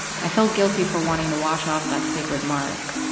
i felt guilty for wanting to wash off that sacred mark.